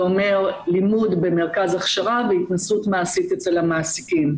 אומר לימד במרכז הכשרה והתנסות מעשית אצל המעסיקים.